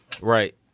Right